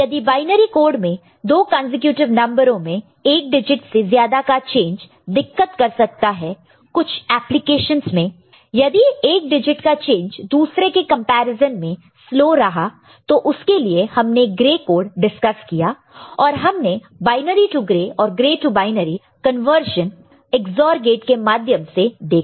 यदि binary code में 2 consecutive नंबरों में 1 डिजिट से ज्यादा का चेंज दिक्कत कर सकता है कुछ एप्लीकेशंस में यदि 1 डिजिट का चेंज दूसरे के कंपैरिजन में स्लो रहा तो उसके लिए हमने ग्रे कोड डिस्कस किया और हमने बायनरी टू ग्रे और grey to binary conversion EXOR gates के माध्यम से देखा